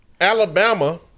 Alabama